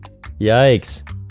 Yikes